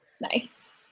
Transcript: nice